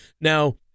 now